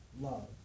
love